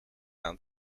aan